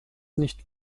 nicht